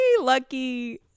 Lucky